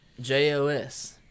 JOS